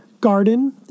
garden